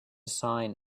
sign